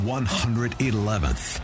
111th